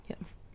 yes